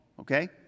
Okay